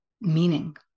meaning